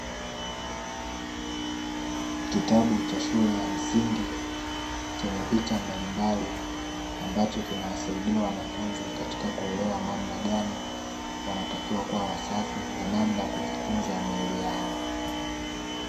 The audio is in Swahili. Kitabu cha shule ya msingi chenye picha mbali mbali, ambacho kinawasaidia wanafunzi katika kuelewa namna gani wanatakiwa kuwa wasafi na namna ya kujitunza miili yao.